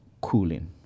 cooling